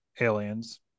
aliens